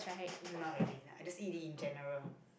not really lah I just eat it in general